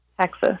Texas